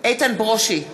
איתן ברושי,